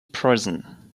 prison